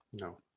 No